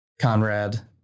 Conrad